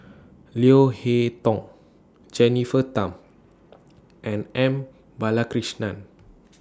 Leo Hee Tong Jennifer Tham and M Balakrishnan